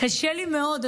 קשה לי מאוד,